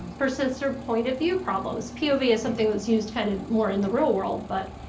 persistent point of view problems. pov is something that's used kind of more in the real world. but,